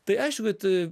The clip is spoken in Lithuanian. tai aišku kad